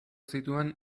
zituen